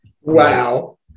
wow